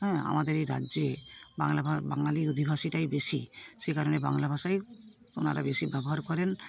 হ্যাঁ আমাদের এই রাজ্যে বাঙালির অধিবাসীটাই বেশি সেকারণে বাংলা ভাষাই ওনারা বেশি ব্যবহার করেন